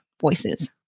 voices